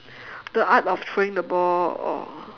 the art of throwing the ball or